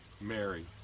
Mary